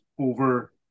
over